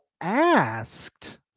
asked